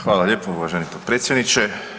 Hvala lijepa uvaženi potpredsjedniče.